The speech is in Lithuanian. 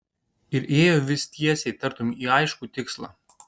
ir ėjo vis tiesiai tartum į aiškų tikslą